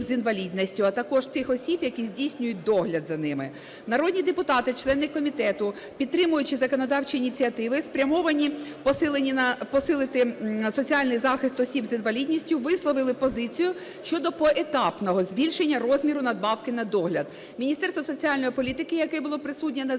з інвалідністю, а також тих осіб, які здійснюють догляд за ними. Народні депутати, члени комітету, підтримуючи законодавчі ініціативи, спрямовані посилити соціальний захист осіб з інвалідністю, висловили позицію щодо поетапного збільшення розміру надбавки на догляд. Міністерство соціальної політики, яке було присутнє на